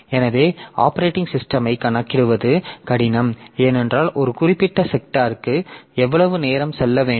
எனவே OS ஐக் கணக்கிடுவது கடினம் ஏனென்றால் ஒரு குறிப்பிட்ட செக்டார்க்கு எவ்வளவு நேரம் செல்ல வேண்டும்